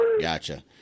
gotcha